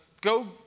go